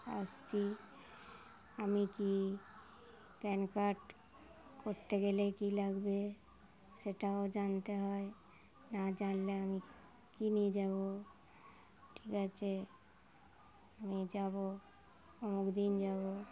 আসছি আমি কি প্যান কার্ড করতে গেলে কী লাগবে সেটাও জানতে হয় না জানলে আমি কী নিয়ে যাব ঠিক আছে আমি যাব অমুক দিন যাব